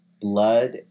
Blood